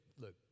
look